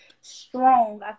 strong